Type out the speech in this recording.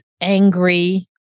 angry